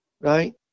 right